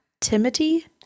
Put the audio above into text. timidity